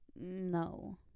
No